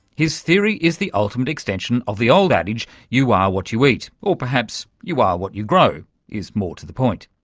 his theory is the ultimate extension of the old adage you are what you eat. or perhaps you are what you grow is more to the point.